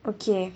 okay